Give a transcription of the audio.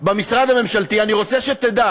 במשרד הממשלתי, אני רוצה שתדע